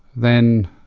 then,